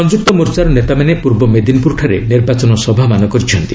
ସଂଯୁକ୍ତ ମୋର୍ଚ୍ଚାର ନେତାମାନେ ପୂର୍ବ ମେଦିନୀପୁର ଠାରେ ନିର୍ବାଚନ ସଭାମାନ କରିଛନ୍ତି